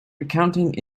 recounting